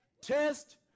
test